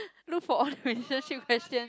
look for one relationship question